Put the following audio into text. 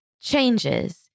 changes